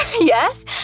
Yes